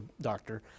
doctor